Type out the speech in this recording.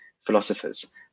philosophers